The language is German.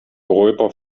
europa